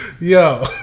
Yo